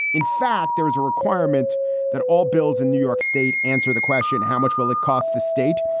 in fact, there is a requirement that all bills in new york state. answer the question, how much will it cost the state?